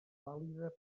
vàlida